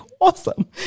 awesome